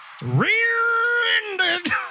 rear-ended